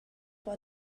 for